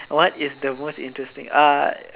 what is the most interesting uh